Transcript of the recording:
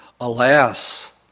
alas